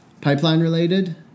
pipeline-related